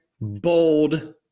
bold